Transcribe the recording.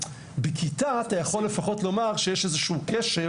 בכיתה לפחות אפשר לומר שיש איזשהו קשר